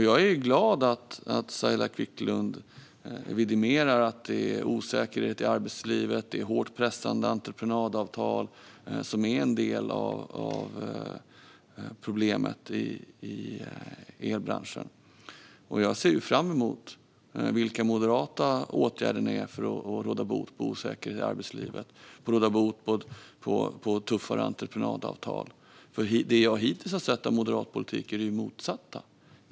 Jag är glad att Saila Quicklund vidimerar att det råder osäkerhet i arbetslivet och att hårt pressade entreprenadavtal är en del av problemet i elbranschen. Jag ser fram emot Moderaternas förslag på åtgärder för att råda bot på osäkerhet i arbetslivet och tuffare entreprenadavtal. Det jag har sett av moderat politik hittills är det motsatta.